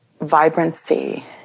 vibrancy